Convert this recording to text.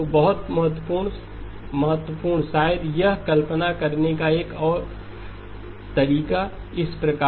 तो बहुत बहुत महत्वपूर्ण शायद यह कल्पना करने का एक और तरीका इस प्रकार है